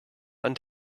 and